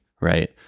right